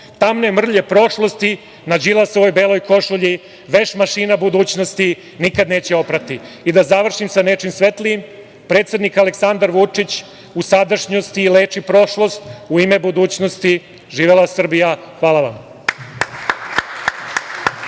tamne mrlje prošlosti na Đilasovoj beloj košulji, veš mašina budućnosti nikad neće oprati. Da završim sa nečim svetlijim, predsednik Aleksandar Vučić u sadašnjosti leči prošlost, u ime budućnosti. Živela Srbija. Hvala vam.